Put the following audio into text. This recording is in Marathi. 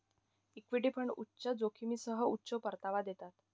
इक्विटी फंड उच्च जोखमीसह उच्च परतावा देतात